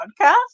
podcast